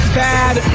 bad